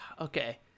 Okay